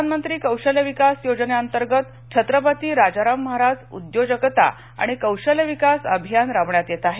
प्रधानमंत्री कौशल्य विकास योजनेअंतर्गत छत्रपती राजाराम महाराज उद्योजकता आणि कौशल्य विकास अभियान राबविण्यात येत आहे